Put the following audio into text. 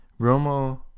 Romo